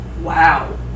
Wow